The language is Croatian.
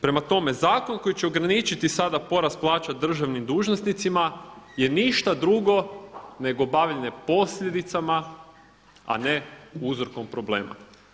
Prema tome, zakon koji će ograničiti sada porast plaća državnim dužnosnicima je ništa drugo nego bavljenje posljedicama, a ne uzrokom problema.